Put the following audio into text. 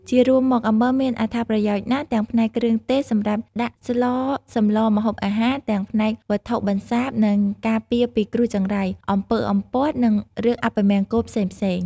ជារួមមកអំបិលមានអត្ថប្រយោជន៍ណាស់ទាំងផ្នែកគ្រឿងទេសសម្រាប់ដាក់ស្លសម្លរម្ហូបអាហារ ទាំងផ្នែកវត្ថុបន្សាប និងការពារពីគ្រោះចង្រៃ អំពើអំព័ន្ធ និងរឿងអពមង្គលផ្សេងៗ។